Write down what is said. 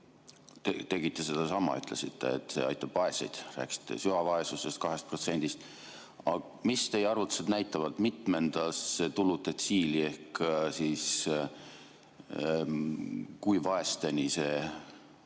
tegite sedasama. Te ütlesite, et see aitab vaeseid, rääkisite süvavaesusest, 2%‑st. Mis teie arvutused näitavad, mitmendasse tuludetsiili ehk kui vaesteni see